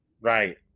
Right